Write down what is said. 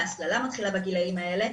ההסללה מתחילה בגילאים האלה.